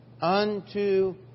unto